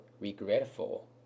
regretful